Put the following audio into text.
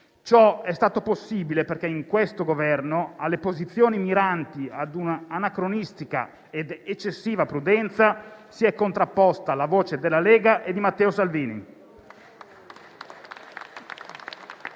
Ciò è stato possibile perché in questo Governo, alle posizioni miranti ad una anacronistica ed eccessiva prudenza, si è contrapposta la voce della Lega e di Matteo Salvini